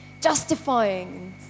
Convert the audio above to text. justifying